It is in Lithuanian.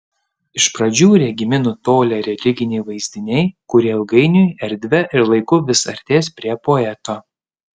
iš pradžių regimi nutolę religiniai vaizdiniai kurie ilgainiui erdve ir laiku vis artės prie poeto